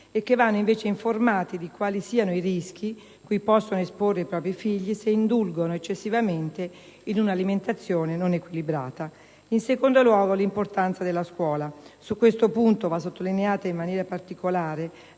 e che vanno invece informati di quali siano i rischi cui possono esporre i propri figli se indulgono eccessivamente in una alimentazione non equilibrata. In secondo luogo abbiamo evidenziato l'importanza della scuola. Su questo punto va sottolineata in particolare